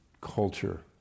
culture